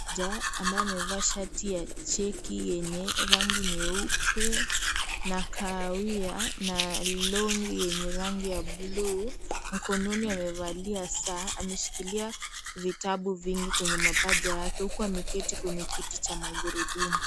Ambaye amevaa shati ya cheki yenyerangi nyeupe na kahawia na longi yenye rangi ya bluu, mkononi amevalia saa ameshikilia vitabu vingi kwenye mapaja yake huku ameketi kwenye kiti cha magurudumu.